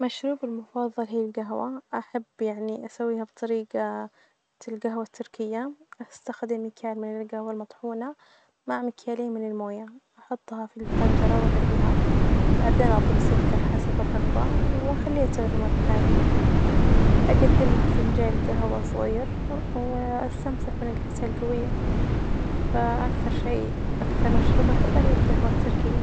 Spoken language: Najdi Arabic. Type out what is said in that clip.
مشروبي المفظل هي الجهوة أحب يعني أسويها بطريجة الجهوة التركية، أستخدم مكيال من الجهوة المطحونة مع مكيالين من الموية، أحطها في التنجرة وأغليها بعدين أظيف سكر حسب الرغبة وأخليها تغلي مرة ثانية، أجدمها في فنجان جهوة صغيرة وأستمتع بنكهتها الجوية، فأكثر شئ أكثر مشروب أحبة هي الجهوة التركية.